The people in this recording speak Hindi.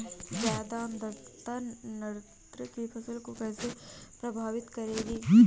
ज़्यादा आर्द्रता गन्ने की फसल को कैसे प्रभावित करेगी?